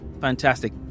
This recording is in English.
Fantastic